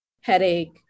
headache